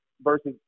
versus